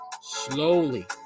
Slowly